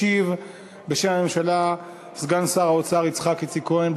ישיב בשם הממשלה סגן שר האוצר יצחק איציק כהן.